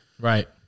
Right